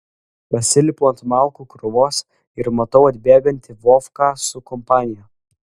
pasilipu ant malkų krūvos ir matau atbėgantį vovką su kompanija